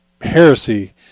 heresy